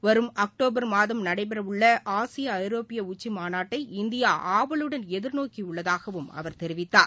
வரும் அக்டோபர் மாதம் நடைபெறவுள்ள ஆசிய ஐரோப்பிய உச்சி மாநாட்டை இந்தியா ஆவலுடன் எதிர்நோக்கியுள்ளதாகவும் அவர் தெரிவித்தார்